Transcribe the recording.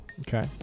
Okay